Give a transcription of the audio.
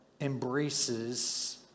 embraces